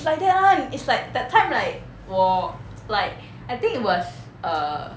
it's like that [one] it's like that time 我 like I think it was err